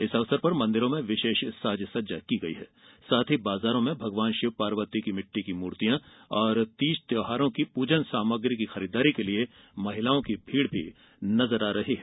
इस अवसर पर मंदिरों में विशेष साज सज्जा की गई है साथ हीं बाजारों में भगवान शिव पार्वती की मिट्टी की मूर्तियों और तीज त्यौहार के पूजन सामग्री की खरीदारी के लिए महिलाओं की भीड़ भी नजर आ रही है